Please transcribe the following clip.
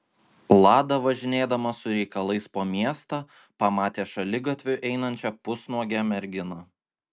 lada važinėdamas su reikalais po miestą pamatė šaligatviu einančią pusnuogę merginą